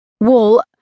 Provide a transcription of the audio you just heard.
Wall